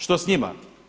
Što s njima?